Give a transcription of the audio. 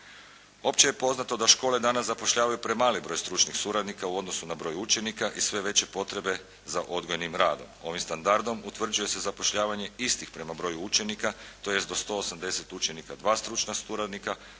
Opće je poznato da škole danas zapošljavaju premali broj stručnih suradnika u odnosu na broj učenika i sve veće potrebe za odgojnim radom. Ovim standardom utvrđuje se zapošljavanje istih prema broju učenika tj. do 180 učenika dva stručna suradnika,